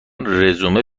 رزومه